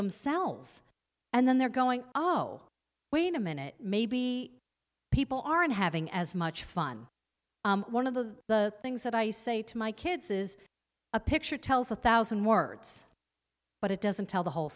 themselves and then they're going wait a minute maybe people aren't having as much fun one of the the things that i say to my kids is a picture tells a thousand words but it doesn't tell the whole